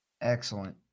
Excellent